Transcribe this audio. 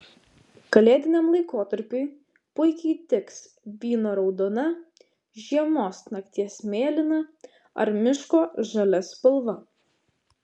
kalėdiniam laikotarpiui puikiai tiks vyno raudona žiemos nakties mėlyna ar miško žalia spalva